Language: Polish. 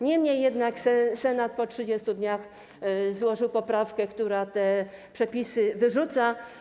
Niemniej jednak Senat po 30 dniach złożył poprawkę, która te przepisy wyrzuca.